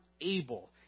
able